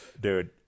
dude